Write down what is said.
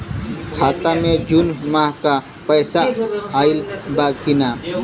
खाता मे जून माह क पैसा आईल बा की ना?